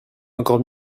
encore